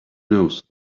knows